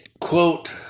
quote